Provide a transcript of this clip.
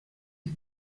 die